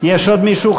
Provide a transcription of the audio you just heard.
יש עוד מישהו?